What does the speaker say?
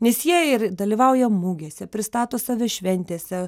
nes jie ir dalyvauja mugėse pristato save šventėse